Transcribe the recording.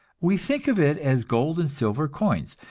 we think of it as gold and silver coins,